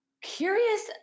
curious